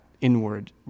inward